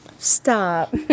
Stop